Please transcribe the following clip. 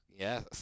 Yes